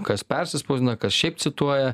kas persispausdina kas šiaip cituoja